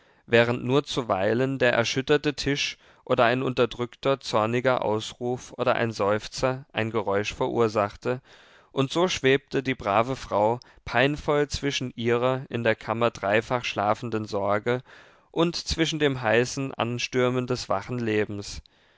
während nur zuweilen der erschütterte tisch oder ein unterdrückter zorniger ausruf oder ein seufzer ein geräusch verursachte und so schwebte die brave frau peinvoll zwischen ihrer in der kammer dreifach schlafenden sorge und zwischen dem heißen anstürmen des wachen lebens